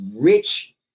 rich